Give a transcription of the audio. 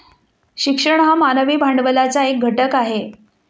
शिक्षण हा मानवी भांडवलाचा एक घटक आहे